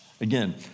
Again